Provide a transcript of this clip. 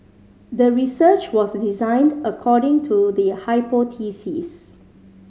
the research was designed according to the hypothesis